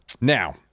now